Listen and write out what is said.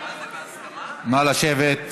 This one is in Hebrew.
נא לשבת.